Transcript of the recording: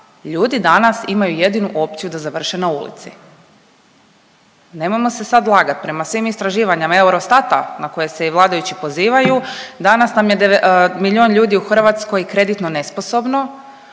ljudi danas imaju jedinu opciju da završe na ulici. Nemojmo se sad lagat, prema svim istraživanjima Eurostata na koji se i vladajući pozivaju danas nam je miljon ljudi u Hrvatskoj kreditno nesposobno,